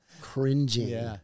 cringing